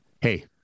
Hey